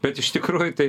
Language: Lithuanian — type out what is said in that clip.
bet iš tikrųjų tai